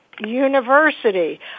university